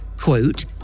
quote